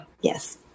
Yes